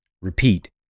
Repeat